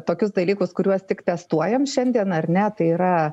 tokius dalykus kuriuos tik testuojam šiandien ar ne tai yra